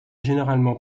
généralement